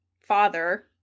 father